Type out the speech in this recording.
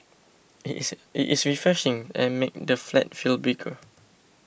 it is it is refreshing and makes the flat feel bigger